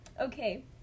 okay